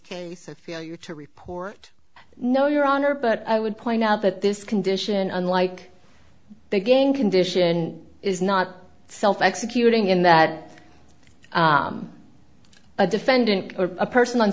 case i feel your to report no your honor but i would point out that this condition unlike the gang condition is not self executing in that a defendant or a person on